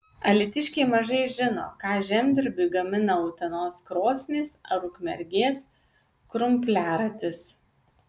alytiškiai mažai žino ką žemdirbiui gamina utenos krosnys ar ukmergės krumpliaratis